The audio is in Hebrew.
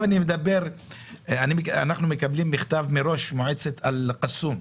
קיבלנו מכתב מראש מועצת אל קסום,